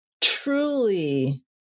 truly